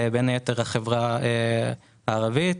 בין היתר החברה הערבית,